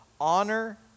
Honor